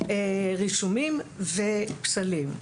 רישומים ופסלים.